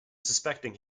suspecting